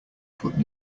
put